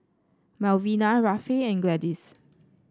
Melvina Rafe and Gladys